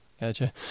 Gotcha